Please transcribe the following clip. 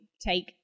take